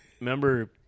Remember